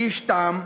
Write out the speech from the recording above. איש תם,